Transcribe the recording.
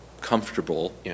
comfortable